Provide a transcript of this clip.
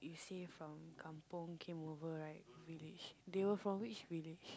you say from kampung came over right village they were from which village